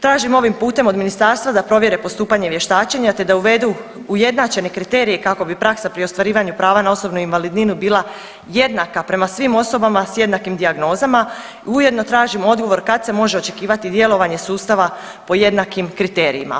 Tražim ovim putem od ministarstva da provjere postupanje vještačenja te da uvedu ujednačene kriterije kako bi praksa pri ostvarivanju prava na osobnu invalidninu bila jednaka prema svim osobama s jednakim dijagnozama i ujedno tražim odgovor kad se može očekivati djelovanje sustava po jednakim kriterijima.